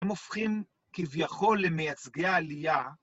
הם הופכים כביכול למייצגי העלייה.